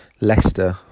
Leicester